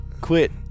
Quit